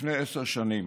לפני עשר שנים,